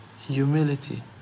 humility